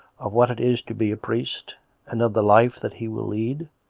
of what it is to be a priest and of the life that he will lead,